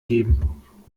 geben